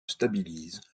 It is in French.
stabilise